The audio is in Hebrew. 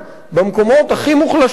במקומות הכי מוחלשים,